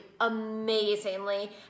amazingly